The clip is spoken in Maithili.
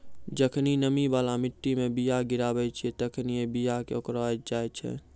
जखनि नमी बाला मट्टी मे बीया गिराबै छिये तखनि बीया ओकराय जाय छै